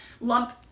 lump